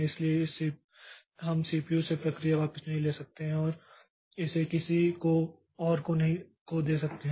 इसलिए हम सीपीयू से प्रक्रिया वापस नहीं ले सकते हैं और इसे किसी और को दे सकते हैं